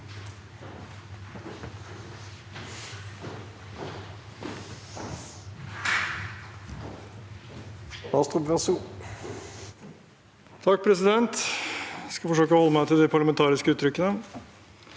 (H) Jeg skal forsøke å holde meg til de parlamentariske uttrykkene.